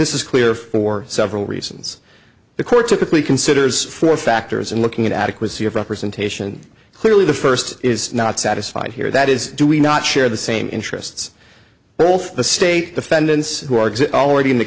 this is clear for several reasons the court typically considers four factors and looking at adequacy of representation clearly the first is not satisfied here that is do we not share the same interests both the state defendants who are already in the